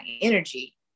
energy